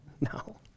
No